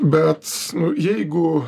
bet jeigu